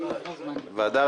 ועדה רגילה.